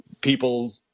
people